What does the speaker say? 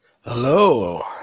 Hello